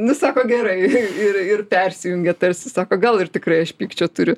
nu sako gerai ir ir persijungia tarsi sako gal ir tikrai aš pykčio turiu